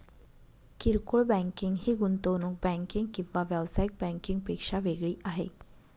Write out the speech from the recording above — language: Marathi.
किरकोळ बँकिंग ही गुंतवणूक बँकिंग किंवा व्यावसायिक बँकिंग पेक्षा वेगळी आहे